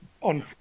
on